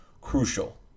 crucial